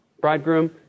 bridegroom